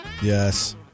Yes